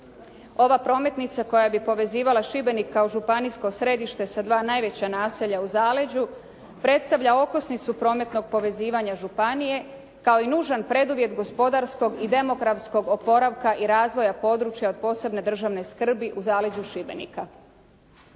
Ova prometnica koja bi povezivala Šibenik kao županijsko središte sa dva najveća naselja u zaleđu predstavlja okosnicu prometnog povezivanja županije kao i nužan preduvjet gospodarskog i demografskog oporavka i razvoja područja od posebne državne skrbi u zaleđu Šibenika.